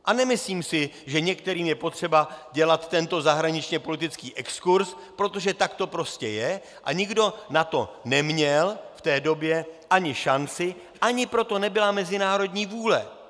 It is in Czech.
A nemyslím si, že některým je potřeba dělat tento zahraničněpolitický exkurs, protože tak to prostě je a nikdo na to neměl v té době ani šanci, ani pro to nebyla mezinárodní vůle.